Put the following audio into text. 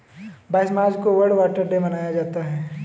बाईस मार्च को world water day मनाया जाता है